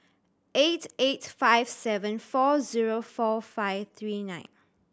eight eight five seven four zero four five three nine